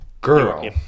Girl